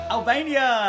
Albania